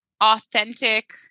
authentic